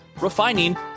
refining